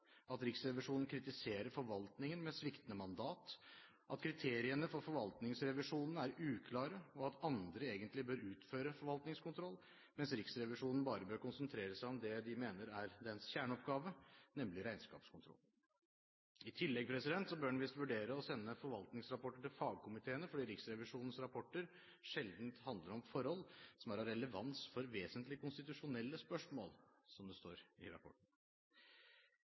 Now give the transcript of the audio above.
at Riksrevisjonen kritiserer forvaltningen med sviktende mandat, at kriteriene for forvaltningsrevisjonen er uklare, og at andre egentlig bør utføre forvaltningskontroll, mens Riksrevisjonen bare bør konsentrere seg om det de mener er dens kjerneoppgave, nemlig regnskapskontroll. I tillegg bør en visst vurdere å sende forvaltningsrapporter til fagkomiteene, fordi Riksrevisjonens rapporter sjelden handler om forhold som er av relevans for vesentlige konstitusjonelle spørsmål, som det står i rapporten.